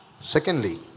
Secondly